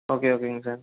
okay ஓகேங்க sir